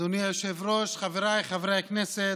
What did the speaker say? אדוני היושב-ראש, חבריי חברי הכנסת,